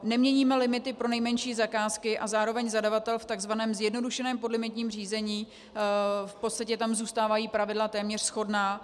Neměníme limity pro nejmenší zakázky a zároveň zadavatel v tzv. zjednodušeném podlimitním řízení, v podstatě tam zůstávají pravidla téměř shodná.